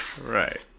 Right